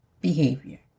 behavior